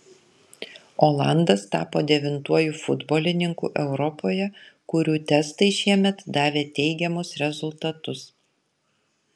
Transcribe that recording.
olandas tapo devintuoju futbolininku europoje kurių testai šiemet davė teigiamus rezultatus